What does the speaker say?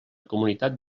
comunitat